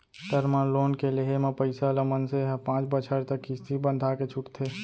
term loan के लेहे म पइसा ल मनसे ह पांच बछर तक किस्ती बंधाके छूटथे